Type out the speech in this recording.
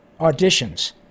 auditions